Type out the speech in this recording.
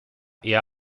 eher